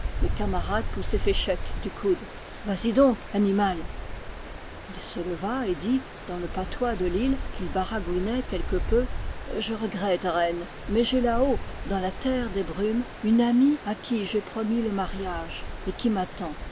les camarades poussaient féchec du coude t vas-y donc animal il se leva et dit dans le patois de l'île qu'il baragouinait quelque peu i je regrette reine mais j'ai là-haut dans la terre des brumes une amie à qui j'ai promis le mariage et qui m'attend